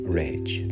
rage